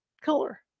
color